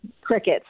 crickets